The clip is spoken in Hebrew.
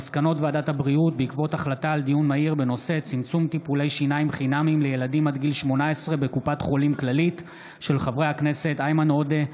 מסקנות ועדת הבריאות בעקבות דיון מהיר בהצעתם של חברי הכנסת איימן עודה,